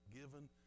given